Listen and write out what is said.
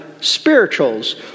spirituals